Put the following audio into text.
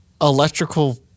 electrical